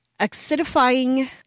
acidifying